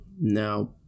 Now